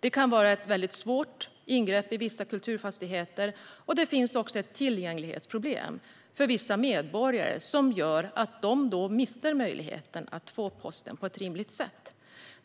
Det kan vara ett väldigt svårt ingrepp i vissa kulturfastigheter, och det finns också ett tillgänglighetsproblem för vissa medborgare, vilket gör att de då går miste om möjligheten att få posten på ett rimligt sätt.